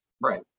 Right